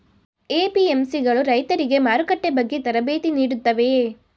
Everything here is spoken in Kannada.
ಎ.ಪಿ.ಎಂ.ಸಿ ಗಳು ರೈತರಿಗೆ ಮಾರುಕಟ್ಟೆ ಬಗ್ಗೆ ತರಬೇತಿ ನೀಡುತ್ತವೆಯೇ?